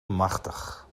machtig